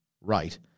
right